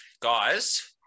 Guys